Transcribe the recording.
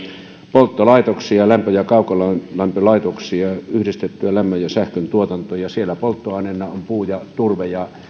polttolaitoksia lämpö ja kaukolämpölaitoksia yhdistettyjä lämmön ja sähkön tuotantoja siellä polttoaineena on puu ja turve ja